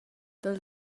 dal